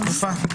מה התקופה?